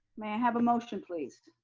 may i have a motion, please?